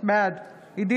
בעד עלי